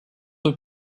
aux